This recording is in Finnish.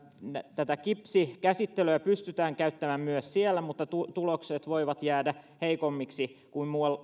kipsikäsittelyä pystytään käyttämään myös siellä mutta tulokset voivat jäädä heikommiksi kuin